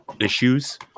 issues